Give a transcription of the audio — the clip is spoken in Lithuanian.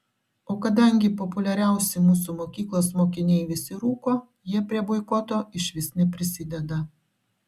o kadangi populiariausi mūsų mokyklos mokiniai visi rūko jie prie boikoto išvis neprisideda